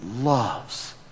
loves